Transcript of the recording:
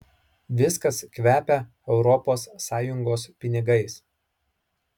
viskas kvepia europos sąjungos pinigais